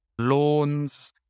loans